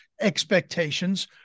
expectations